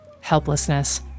helplessness